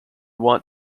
want